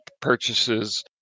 purchases